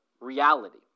reality